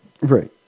Right